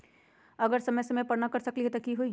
अगर समय समय पर न कर सकील त कि हुई?